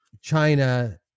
China